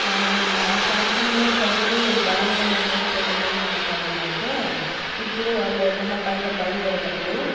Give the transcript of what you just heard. మా ప్రాంతంలో ప్రజలు బలంగా నమ్మే కొన్ని మూఢనమ్మకాలు ఏమంటే ఇప్పుడు వాళ్ళు ఎక్కడికైనా బయట బయలుదేరేటప్పుడు